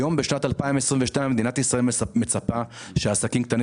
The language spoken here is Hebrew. האם מדינת ישראל בשנת 2022 מצפה שעסקים קטנים